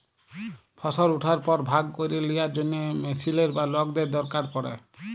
ফসল উঠার পর ভাগ ক্যইরে লিয়ার জ্যনহে মেশিলের বা লকদের দরকার পড়ে